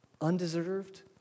undeserved